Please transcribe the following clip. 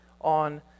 on